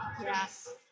Yes